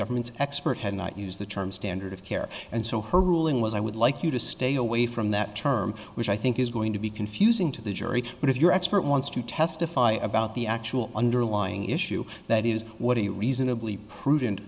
government's expert had not used the term standard of care and so her ruling was i would like you to stay away from that term which i think is going to be confusing to the jury but if your expert wants to testify about the actual underlying issue that is what a reasonably prudent